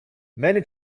many